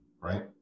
right